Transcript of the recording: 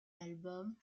l’album